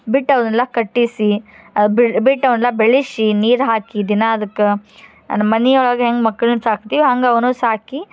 ಬಿಟ್ಟು ಅವನ್ನೆಲ್ಲ ಕಟ್ಟಿಸಿ ಬಿಟ್ಟು ಅವನ್ನೆಲ್ಲ ಬೆಳಿಸಿ ನೀರು ಹಾಕಿ ದಿನಾ ಅದಕ್ಕೆ ಮನೆ ಒಳಗೆ ಹೆಂಗೆ ಮಕ್ಳನ್ನು ಸಾಕ್ತೀವಿ ಹಂಗೆ ಅವನ್ನೂ ಸಾಕಿ